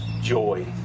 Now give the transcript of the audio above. joy